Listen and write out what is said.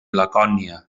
lacònia